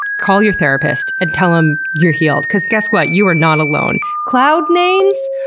call your therapist and tell them you're healed. cause guess what? you are not alone. cloud names?